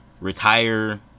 retire